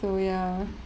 so ya